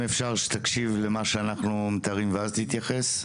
אם אפשר שתקשיב למה שאנחנו מתארים ואז תתייחס?